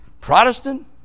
Protestant